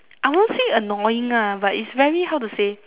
I won't say annoying lah but is very how to say